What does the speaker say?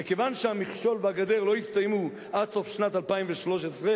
וכיוון שהמכשול והגדר לא יסתיימו עד סוף שנת 2013,